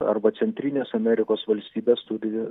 arba centrinės amerikos valstybės turi